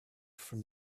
from